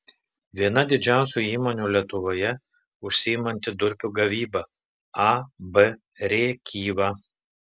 viena didžiausių įmonių lietuvoje užsiimanti durpių gavyba ab rėkyva